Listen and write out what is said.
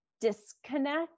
disconnect